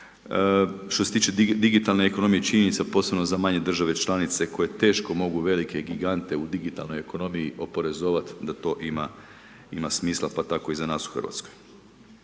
Što se tiče digitalne ekonomije, činjenice, posebno za manje države članice koje teško mogu velike gigante u digitalnoj ekonomiji oporezovat da to ima, ima smisla, pa tako i za nas u Hrvatskoj.